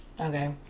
Okay